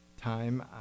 time